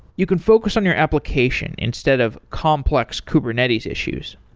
you can focus on your application instead of complex kubernetes issues.